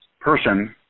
person